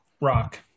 Rock